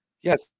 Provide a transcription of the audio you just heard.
Yes